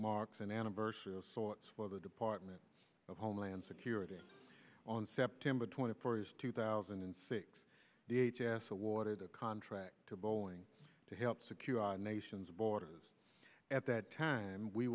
marks an anniversary of sorts for the department of homeland security on september twenty fourth two thousand and six the h s awarded the contract to bolling to help secure our nation's borders at that time we